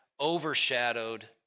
overshadowed